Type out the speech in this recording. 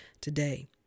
today